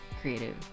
creative